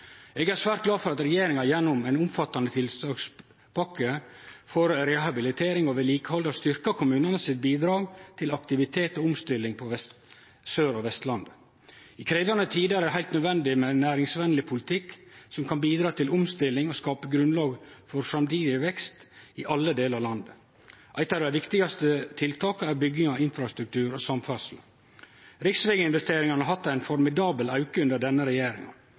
Eg er svært glad for at regjeringa gjennom ein omfattande tiltakspakke for rehabilitering og vedlikehald har styrkt kommunane sitt bidrag til aktivitet og omstilling på Sør- og Vestlandet. I krevjande tider er det heilt naudsynt med ein næringsvenleg politikk som kan bidra til omstilling og skape grunnlag for framtidig vekst i alle delar av landet. Eit av dei viktigaste tiltaka er bygging av infrastruktur og samferdsle. Riksveginvesteringane har hatt ein formidabel auke under denne regjeringa.